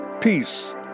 Peace